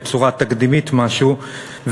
בצורה תקדימית משהו,